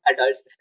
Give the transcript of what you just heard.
adults